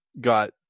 got